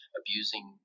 abusing